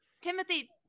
timothy